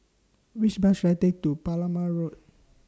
Which Bus should I Take to Palmer Road